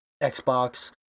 xbox